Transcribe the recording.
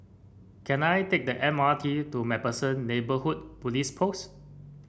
can I take the M R T to MacPherson Neighbourhood Police Post